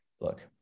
look